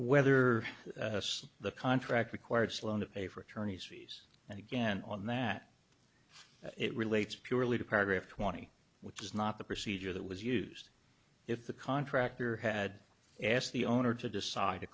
whether the contract required sloan to pay for attorney's fees and again on that it relates purely to paragraph twenty which is not the procedure that was used if the contractor had asked the owner to decide